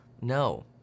No